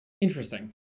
interesting